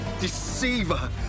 deceiver